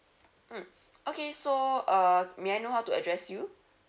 mm okay so uh may I know how to address you